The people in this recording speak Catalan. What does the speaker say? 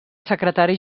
secretari